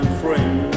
friend